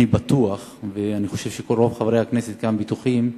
אני בטוח, ואני חושב שרוב חברי הכנסת כאן בטוחים,